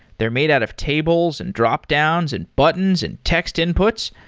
they're made out of tables, and dropdowns, and buttons, and text inputs.